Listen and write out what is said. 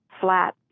flat